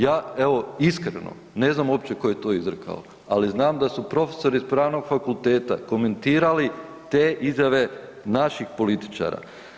Ja evo iskreno ne znam uopće tko je to izrekao, ali znam da su profesori sa pravnog fakulteta komentirali te izjave naših političara.